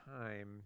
time